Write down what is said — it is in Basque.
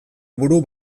buru